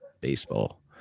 baseball